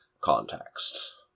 context